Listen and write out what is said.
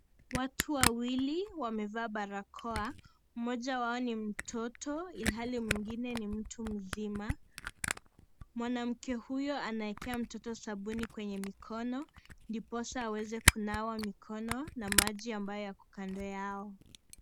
Watu wawili wamevaa barakoa. Mmoja wao ni mtoto ilhali mwingine ni mtu mzima. Mwanamke huyo anaekea mtoto sabuni kwenye mikono ndiposa aweze kunawa mikono na maji ambayo yako kando yao.